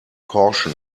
caution